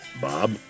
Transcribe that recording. Bob